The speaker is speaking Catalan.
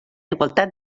igualtat